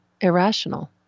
irrational